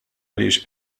għaliex